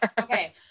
okay